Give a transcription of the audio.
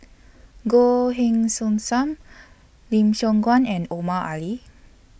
Goh Heng Soon SAM Lim Siong Guan and Omar Ali